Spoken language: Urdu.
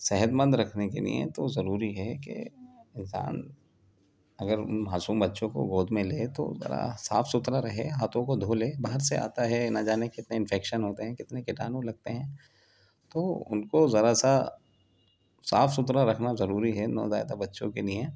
صحت مند رکھنے کے لیے تو ضروری ہے کہ انسان اگر ان معصوم بچوں کو گود میں لے تو ذرا صاف ستھرا رہے ہاتھوں کو دھو لے باہر سے آتا ہے نہ جانے کتنے انفکشن ہوتے ہیں کتنے کٹانو لگتے ہیں تو ان کو ذرا سا صاف ستھرا رکھنا ضروری ہے نوزائیدہ بچوں کے لیے